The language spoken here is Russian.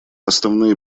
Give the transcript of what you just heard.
основные